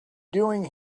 doing